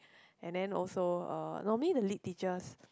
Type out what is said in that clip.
and then also uh normally the lit teachers